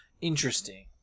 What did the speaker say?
Interesting